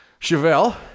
Chevelle